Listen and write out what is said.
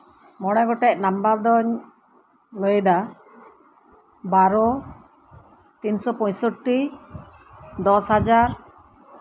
ᱢᱚᱲᱮ ᱜᱚᱴᱮᱡ ᱱᱟᱢᱵᱟᱨ ᱫᱳᱧ ᱞᱟᱹᱭᱮᱫᱟ ᱵᱟᱨᱚ ᱛᱤᱱᱥᱳ ᱯᱚᱭᱥᱳᱴᱴᱤ ᱫᱚᱥ ᱦᱟᱡᱟᱨ